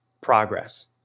progress